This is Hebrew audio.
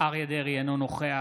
אריה מכלוף דרעי, אינו נוכח